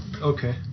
Okay